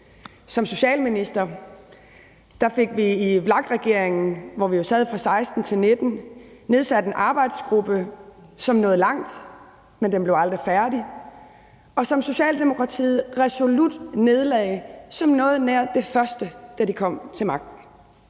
Som socialminister i VLAK-regeringen, hvor vi sad fra 2016 til 2019, fik jeg nedsat en arbejdsgruppe, som nåede langt, men den blev aldrig færdig, og som Socialdemokratiet resolut nedlagde som noget nær det første, da de kom til magten.